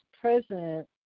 president